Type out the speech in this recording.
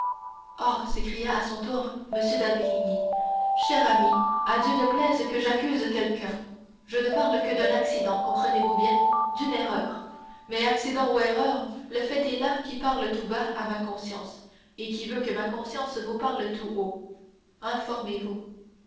oh s'écria à son tour m d'avrigny cher ami à dieu ne plaise que j'accuse quelqu'un je ne parle que d'un accident comprenez-vous bien d'une erreur mais accident ou erreur le fait est là qui parle tout bas à ma conscience et qui veut que ma conscience vous parle tout haut